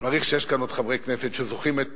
אני מעריך שיש כאן עוד חברי כנסת שזוכרים את